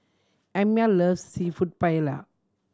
Amya loves Seafood Paella